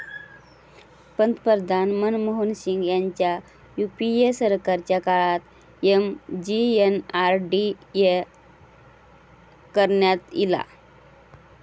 पंतप्रधान मनमोहन सिंग ह्यांच्या यूपीए सरकारच्या काळात एम.जी.एन.आर.डी.ए करण्यात ईला